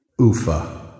Ufa